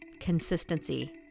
consistency